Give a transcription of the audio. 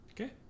Okay